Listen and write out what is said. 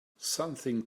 something